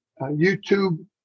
YouTube